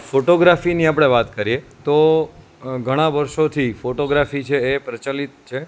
ફોટોગ્રાફીની આપણે વાત કરીએ તો ઘણા વર્ષોથી ફોટોગ્રાફી છે એ પ્રચલિત છે